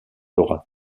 aura